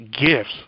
gifts